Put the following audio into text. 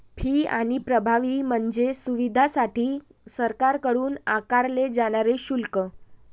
fee आणि प्रभावी म्हणजे सुविधांसाठी सरकारकडून आकारले जाणारे शुल्क